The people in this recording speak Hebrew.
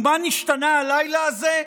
ומה נשתנה הלילה הזה?